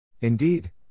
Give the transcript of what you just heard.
Indeed